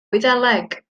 wyddeleg